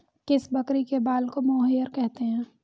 किस बकरी के बाल को मोहेयर कहते हैं?